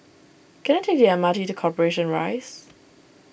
can I take the M R T to Corporation Rise